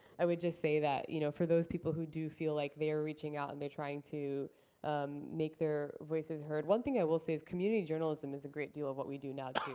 i would just say that you know for those people who do feel like they are reaching out and they're trying to make their voices heard one thing i will say is community journalism is a great deal of what we do now too.